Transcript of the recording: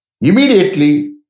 immediately